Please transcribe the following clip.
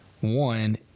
One